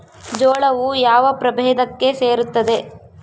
ಜೋಳವು ಯಾವ ಪ್ರಭೇದಕ್ಕೆ ಸೇರುತ್ತದೆ?